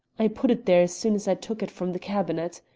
i put it there as soon as i took it from the cabinet.